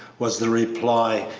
was the reply,